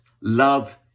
love